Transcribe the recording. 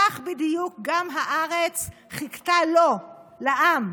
כך בדיוק גם הארץ חיכתה לו, לעם,